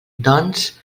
doncs